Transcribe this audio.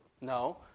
No